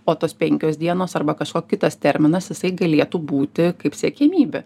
o tos penkios dienos arba kažkoks kitas terminas jisai galėtų būti kaip siekiamybė